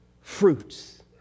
fruits